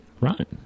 Right